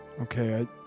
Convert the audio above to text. Okay